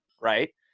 right